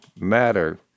matter